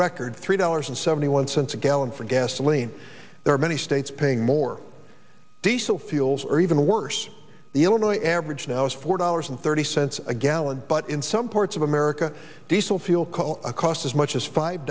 record three dollars and seventy one cents a gallon for gasoline there are many states paying more diesel feels or even worse the only average i was four dollars and thirty cents a gallon but in some parts of america diesel fuel called a cost as much as five